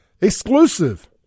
Exclusive